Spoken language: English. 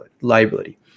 liability